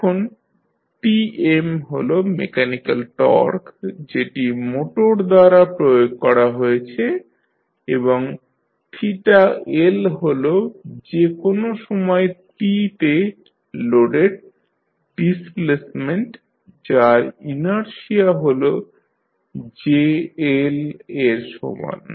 এখন Tm হল mechanical torque যেটি মোটর দ্বারা প্রয়োগ করা হয়েছে এবং L হল যে কোনো সময় t তে লোডের ডিসপ্লেসমেন্ট যার ইনারশিয়া হল JL এর সমান